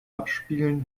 abspielen